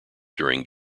during